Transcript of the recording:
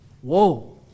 Whoa